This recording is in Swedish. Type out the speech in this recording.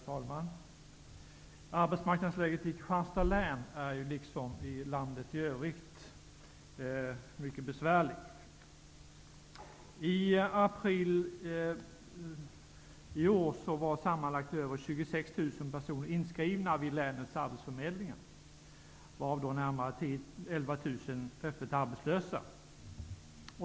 Herr talman! Arbetsmarknadsläget i Kristianstads län, liksom i landet i övrigt, är mycket besvärligt. I april i år var totalt mer än 26 000 personer inskrivna vid länets arbetsförmedlingar. Av dessa personer var 11 000 öppet arbetslösa.